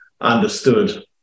understood